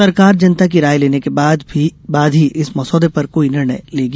सरकार जनता की राय लेने के बाद ही इस मसौदे पर कोई निर्णय लेगी